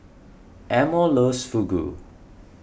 Elmore loves Fugu